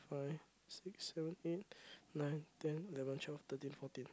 five six seven eight nine ten eleven twelve thriteen fourteen